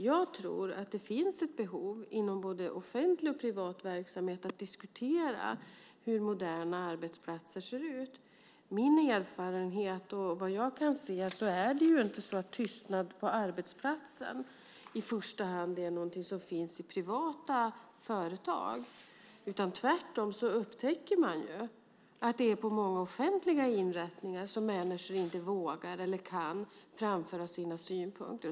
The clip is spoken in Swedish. Jag tror att det finns ett behov inom både offentlig och privat verksamhet att diskutera hur moderna arbetsplatser ser ut. Enligt min erfarenhet och vad jag kan se är det inte så att tystnad på arbetsplatsen i första hand är något som finns i privata företag. Tvärtom upptäcker man att det är på många offentliga inrättningar som människor inte vågar eller kan framföra sina synpunkter.